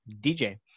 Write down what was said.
DJ